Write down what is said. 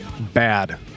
bad